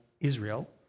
Israel